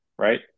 Right